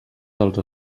dels